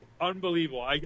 unbelievable